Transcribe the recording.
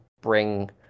bring